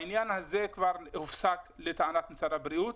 העניין הזה הופסק לטענת משרד הבריאות,